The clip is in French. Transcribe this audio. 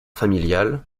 familiale